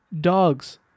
dogs